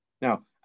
Now